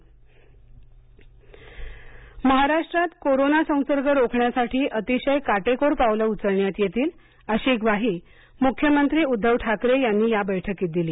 ठाकरे महाराष्ट्रात कोरोना संसर्ग रोखण्यासाठी अतिशय काटेकोर पावलं उचलण्यात येतील अशी ग्वाही मुख्यमंत्री उद्घव ठाकरे यांनी या बैठकीत दिली